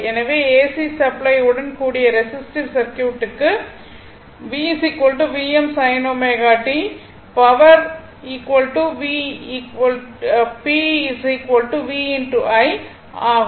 எனவே AC supply உடன் கூடிய ரெசிஸ்டிவ் சர்க்யூட்டுக்கு V Vm sin ω t power V p v i ஆகும்